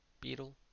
beetle